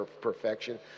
perfection